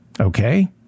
Okay